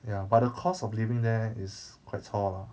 ya but the cost of living there is quite 臭 lah